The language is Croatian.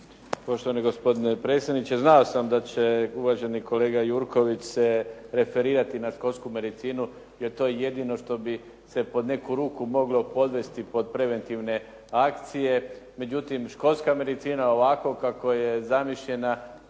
Poštovani gospodine predsjedniče. Znao sam da će uvaženi kolega Jurković se referirati na školsku medicinu jer to je jedino što bi se pod neku ruku moglo podvesti pod preventivne akcije. Međutim, školska medicina ovako kako je zamišljena